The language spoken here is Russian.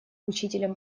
учителем